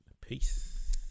peace